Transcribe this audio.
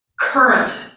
current